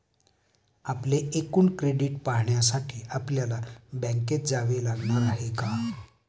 आपले एकूण क्रेडिट पाहण्यासाठी आपल्याला बँकेत जावे लागणार आहे का?